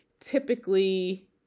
Typically